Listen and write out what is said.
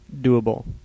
doable